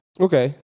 okay